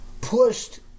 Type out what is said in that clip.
pushed